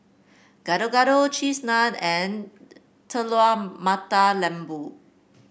Gado Gado Cheese Naan and Telur Mata Lembu